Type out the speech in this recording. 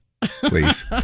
please